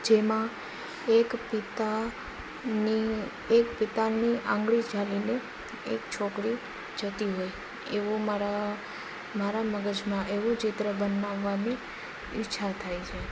જેમાં એક પિતાની એક પિતાની આંગળી ઝાલીને એક છોકરી જતી હોય એવો મારા મારા મગજમાં એવું ચિત્ર બનાવાની ઈચ્છા થાય છે